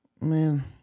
man